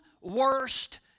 worst